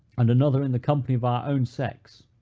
and another in the company of our own sex,